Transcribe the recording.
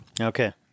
Okay